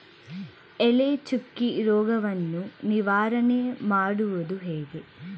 ಎಲೆ ಚುಕ್ಕಿ ರೋಗವನ್ನು ನಿವಾರಣೆ ಮಾಡುವುದು ಹೇಗೆ?